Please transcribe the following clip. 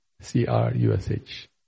C-R-U-S-H